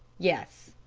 yes.